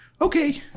okay